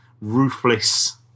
ruthless